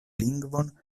lingvon